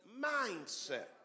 mindset